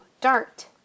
dart